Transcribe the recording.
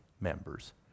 members